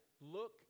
Look